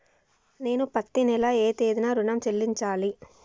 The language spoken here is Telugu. నేను పత్తి నెల ఏ తేదీనా ఋణం చెల్లించాలి?